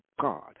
God